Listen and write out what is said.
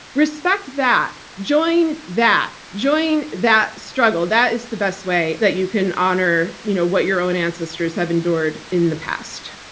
respect that, join that, join that struggle. that is the best way that you can honor you know what your own ancestors have endured in the past.